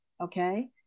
okay